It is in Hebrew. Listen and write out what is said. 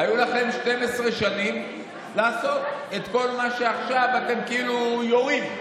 היו לכם 12 שנים לעשות את כל מה שעכשיו אתם כאילו יורים,